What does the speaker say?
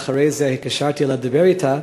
ואחרי זה התקשרתי אליה לדבר אתה.